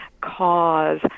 cause